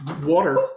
water